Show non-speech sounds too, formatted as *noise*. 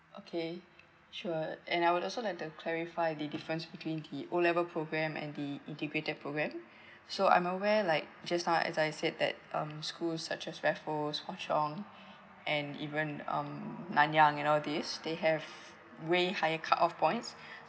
okay sure and I would also like to clarify the difference between the O level program and the integrated program so I'm aware like just now as I said that um school such as raffles or and even um nan yang you know these they have way higher cut off points *breath*